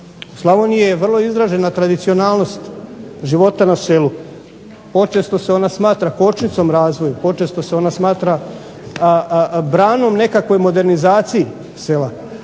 Slavoniji je vrlo izražena tradicionalnost života na selu. Počesto se ona smatra kočnicom razvoju, počesto se ona smatra branom nekakvoj modernizaciji sela,